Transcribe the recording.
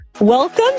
Welcome